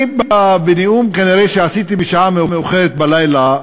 בנאום שנשאתי בשעה מאוחרת בלילה,